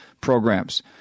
programs